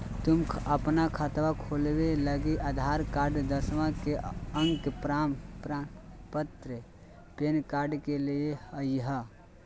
तू अपन खतवा खोलवे लागी आधार कार्ड, दसवां के अक प्रमाण पत्र, पैन कार्ड ले के अइह